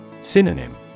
Synonym